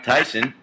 Tyson